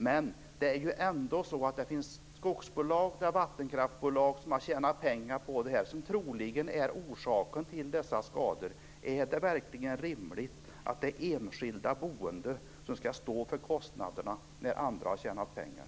Men det är ju ändå så att det finns skogsbolag och vattenkraftsbolag som har tjänat pengar här som troligen är orsaken till dessa skador. Är det verkligen rimligt att det är enskilda boende som skall stå för kostnaderna när andra har tjänat pengar?